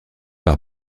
par